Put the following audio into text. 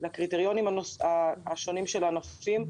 לקריטריונים השונים של הענפים,